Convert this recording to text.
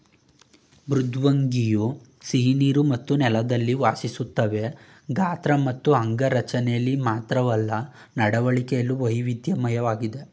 ಮೃದ್ವಂಗಿಯು ಸಿಹಿನೀರು ಮತ್ತು ನೆಲದಲ್ಲಿ ವಾಸಿಸ್ತವೆ ಗಾತ್ರ ಮತ್ತು ಅಂಗರಚನೆಲಿ ಮಾತ್ರವಲ್ಲ ನಡವಳಿಕೆಲು ವೈವಿಧ್ಯಮಯವಾಗಿವೆ